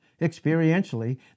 experientially